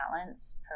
balance